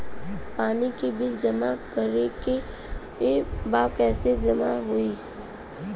पानी के बिल जमा करे के बा कैसे जमा होई?